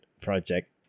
project